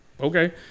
Okay